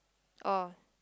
oh